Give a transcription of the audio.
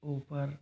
ऊपर